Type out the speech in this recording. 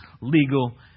legal